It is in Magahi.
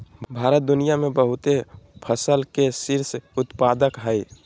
भारत दुनिया में बहुते फसल के शीर्ष उत्पादक हइ